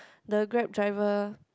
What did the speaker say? the Grab driver